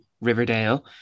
Riverdale